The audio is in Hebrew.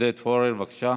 עודד פורר, בבקשה.